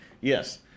Yes